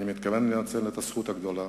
אני מתכוון לנצל את הזכות הגדולה